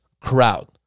crowd